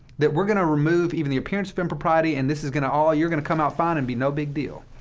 that we're going to remove even the appearance of impropriety. and this is going to oh, you're going to come out fine, and be no big deal.